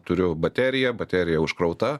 turiu bateriją baterija užkrauta